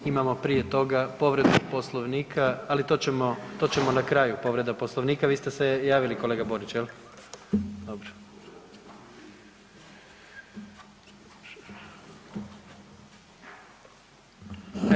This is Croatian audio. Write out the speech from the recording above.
Imamo prije toga povredu Poslovnika, ali to ćemo na kraju povreda Poslovnika, vi ste se javili kolega Borić jel, dobro.